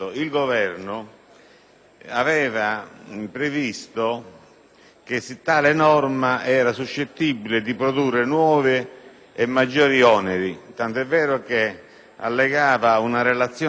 che tale norma fosse suscettibile di produrre nuovi e maggiori oneri, tanto è vero che allegava una relazione tecnica sui nuovi e maggiori oneri derivanti